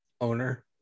owner